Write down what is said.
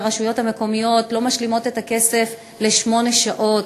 והרשויות המקומיות לא משלימות את הכסף לשמונה שעות,